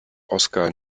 oscar